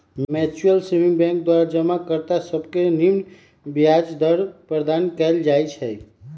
mutual saving bank द्वारा जमा कर्ता सभके निम्मन ब्याज दर प्रदान कएल जाइ छइ